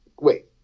wait